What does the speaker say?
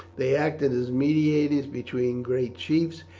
they acted as mediators between great chiefs,